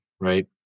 right